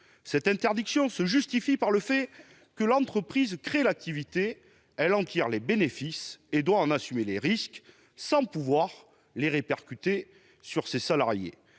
Cette interdiction se justifie par le fait que l'entreprise créée l'activité, en tire les bénéfices et doit en assumer les risques, sans pouvoir les répercuter sur ses salariés.